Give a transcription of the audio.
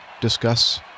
discuss